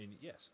Yes